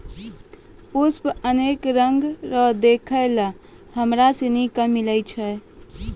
पुष्प अनेक रंगो रो देखै लै हमरा सनी के मिलै छै